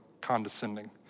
condescending